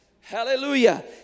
Hallelujah